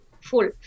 full